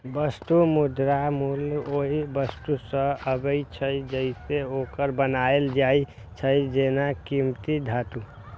वस्तु मुद्राक मूल्य ओइ वस्तु सं आबै छै, जइसे ओ बनायल जाइ छै, जेना कीमती धातु